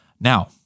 Now